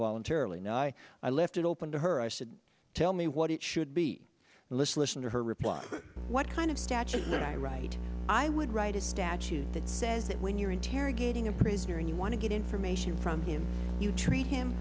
voluntarily ny i left it open to her i said tell me what it should be and listen her reply what kind of statute i write i would write a statute that says that when you're interrogating a prisoner and you want to get information from you you treat him